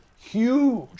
huge